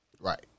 Right